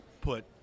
put